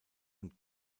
und